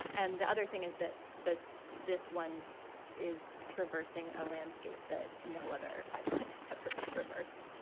and the other thing is that that this one is traversing a landscape that no other pipelines have traversed.